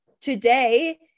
today